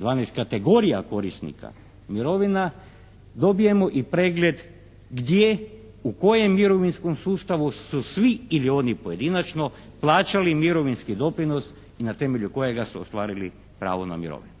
12 kategorija korisnika mirovina dobijemo i pregled gdje, u kojem mirovinskom sustavu su svi ili oni pojedinačno plaćali mirovinski doprinos i na temelju kojega su ostvarili pravo na mirovinu.